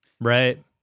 Right